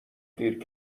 دیر